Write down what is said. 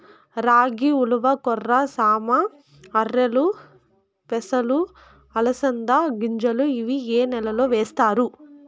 రాగి, ఉలవ, కొర్ర, సామ, ఆర్కెలు, పెసలు, అలసంద గింజలు ఇవి ఏ నెలలో వేస్తారు?